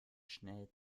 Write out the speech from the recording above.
schnell